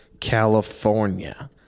California